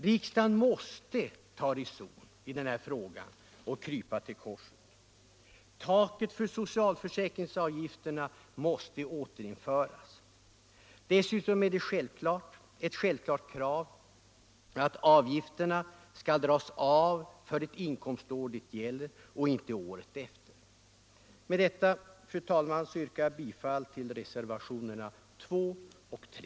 Riksdagen måste ta reson i denna fråga och krypa till korset. Taket för socialförsäkringsavgifterna måste återinföras. Dessutom är det ett självklart krav att avgifterna skall dras av för det inkomstår det gäller och inte året efter. Med detta, fru talman, yrkar jag bifall till reservationerna 2 och 3.